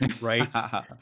right